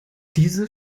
diese